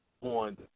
on